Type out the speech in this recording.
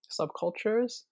subcultures